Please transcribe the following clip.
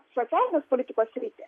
socialinės politikos sritį